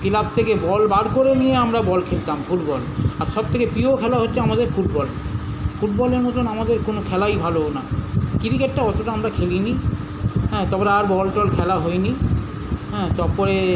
club থেকে ball বার করে নিয়ে আমরা বল খেলতাম ফুটবল আর সব থেকে প্রিয় খেলা হচ্ছে আমাদের ফুটবল ফুটবলের মতোন আমাদের কোনো খেলাই ভালো না ক্রিকেটটা ওই সবে আমরা খেলি নি হ্যাঁ তারপরে আর বল টল খেলা হয় নি হ্যাঁ তারপরে